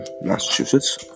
massachusetts